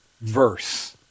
verse